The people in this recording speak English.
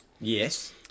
Yes